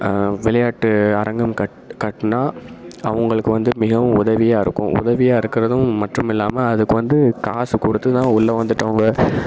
விளையாட்டு அரங்கம் கட் கட்டினா அவங்களுக்கு வந்து மிகவும் உதவியாக இருக்கும் உதவியாக இருக்கிறதும் மற்றும் இல்லாமல் அதுக்கு வந்து காசு கொடுத்து தான் உள்ளே வந்துவிட்டு அவங்க